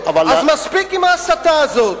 לא, לא, אבל, אז מספיק עם ההסתה הזאת.